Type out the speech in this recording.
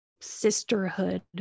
sisterhood